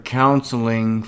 counseling